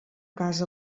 casa